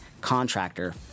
contractor